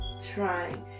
trying